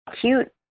cute